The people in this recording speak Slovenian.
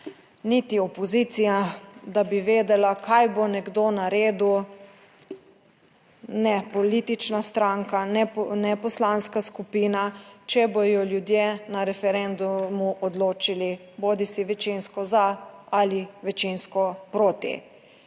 Niti opozicija, da bi vedela kaj bo nekdo naredil ne politična stranka ne poslanska skupina, če bodo ljudje na referendumu odločili bodisi večinsko za ali večinsko proti.